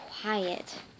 quiet